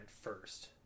first